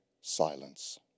silence